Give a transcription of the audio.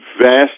vast